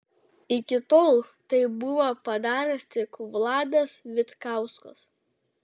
iki tol tai buvo padaręs tik vladas vitkauskas